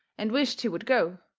and wished he would go,